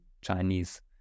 chinese